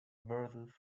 verses